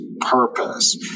purpose